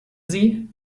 sie